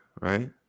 right